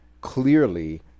clearly